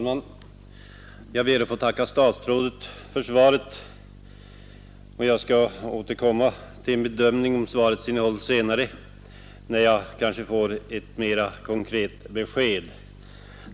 Herr talman! Jag ber att få tacka statsrådet för svaret. Jag skall återkomma till en bedömning av svarets innehåll senare, när jag kanske fått ett mera konkret besked.